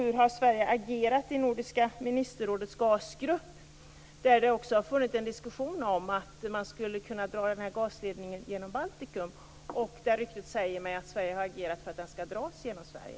Hur har Sverige agerat i Nordiska ministerrådets gasgrupp? Där har det också funnits en diskussion om att man skulle kunna dra den här gasledningen genom Baltikum. Ryktet säger att Sverige har agerat för att den skall dras genom Sverige.